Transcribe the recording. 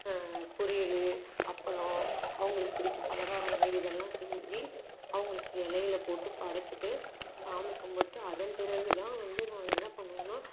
பொரியல் அப்பளம் அவங்களுக்கு பிடித்த பலகாரங்கள் இதெல்லாம் செஞ்சி அவங்களுக்கு இலையில போட்டு படைச்சிட்டு சாமி கும்பிட்டு அதன் பிறகு தான் வந்து நாங்கள் என்ன பண்ணுவோம்ன்னா